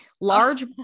large